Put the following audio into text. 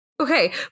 Okay